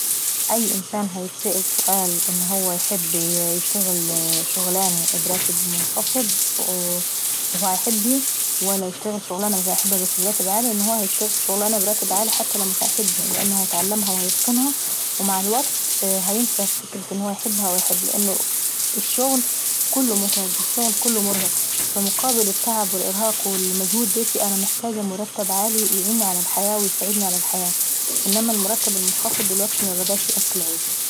أي انسان هيتسأل سؤال ان هو هيحب يشتغل شغلانة براتب هو بيحبها براتب منخفض ولا يشتغل شغلانة مش بيحبها براتب عالي هيختار الرابت العالي حتى لو مش بيحبها. لأنه هيتعلمها وهيتقنها ومع الوكت هينسى فكرة ان هو هيحبها او لا، الشغل كله متعب ومرهق فمقابل التعب والارهاق والمجهود ديتي انا محتاحجة مرتب يعيني ويساعدني في الحياة. انما المرتب المنخفض دلوكتي مبقاش يوكل عيش.